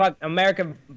american